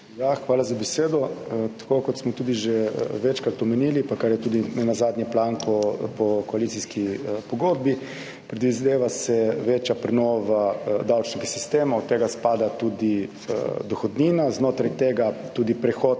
Hvala za besedo. Tako kot smo tudi že večkrat omenili, pa kar je tudi nenazadnje planko po koalicijski pogodbi, predvideva se večja prenova davčnega sistema, od tega spada tudi dohodnina, znotraj tega tudi prehod